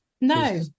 No